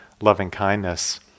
loving-kindness